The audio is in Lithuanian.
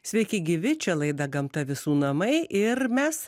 sveiki gyvi čia laida gamta visų namai ir mes